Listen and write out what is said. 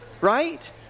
right